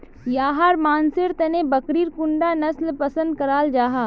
याहर मानसेर तने बकरीर कुंडा नसल पसंद कराल जाहा?